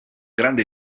grande